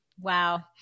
Wow